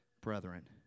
brethren